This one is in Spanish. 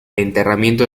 enterramiento